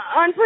on